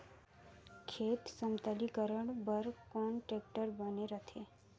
खेत समतलीकरण बर कौन टेक्टर बने रथे?